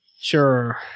Sure